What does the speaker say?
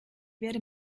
werde